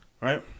Right